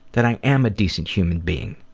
that i am a decent human being.